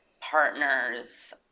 partners